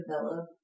develop